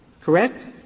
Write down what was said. Correct